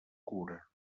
cura